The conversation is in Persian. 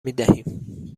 میدهیم